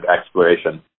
exploration